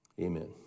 Amen